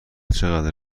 چقدر